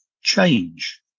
change